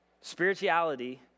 Spirituality